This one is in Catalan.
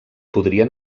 podrien